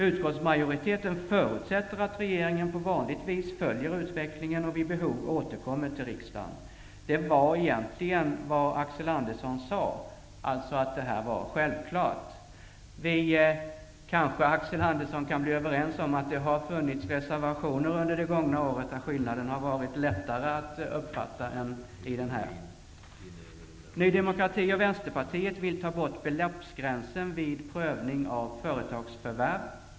Utskottsmajoriteten förutsätter att regeringen på vanligt vis följer utvecklingen och vid behov återkommer till riksdagen. Det är egentligen vad Axel Andersson sade, dvs. att det här var självklart. Vi kan kanske, Axel Andersson, bli överens om att det har funnits reservationer under det gångna året, där skillnaden har varit lättare att uppfatta än vad som här är fallet. Ny demokrati och Vänsterpartiet vill ta bort beloppsgränsen vid prövning av företagsförvärv.